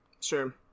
sure